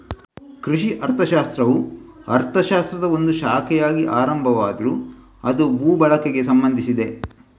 ಕೃಷಿ ಅರ್ಥಶಾಸ್ತ್ರವು ಅರ್ಥಶಾಸ್ತ್ರದ ಒಂದು ಶಾಖೆಯಾಗಿ ಆರಂಭ ಆದ್ರೂ ಅದು ಭೂ ಬಳಕೆಗೆ ಸಂಬಂಧಿಸಿದೆ